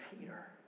Peter